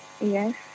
Yes